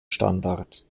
standard